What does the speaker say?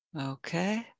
Okay